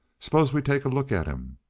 s'pose we take a look at him?